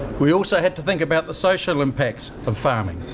we also had to think about the social impacts of farming.